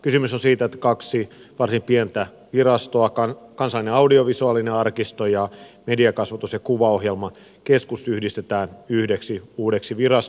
kysymys on siitä että kaksi varsin pientä virastoa kansallinen audiovisuaalinen arkisto ja mediakasvatus ja kuvaohjelmakeskus yhdistetään yhdeksi uudeksi virastoksi